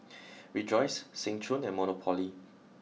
Rejoice Seng Choon and Monopoly